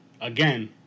again